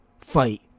fight